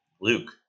Luke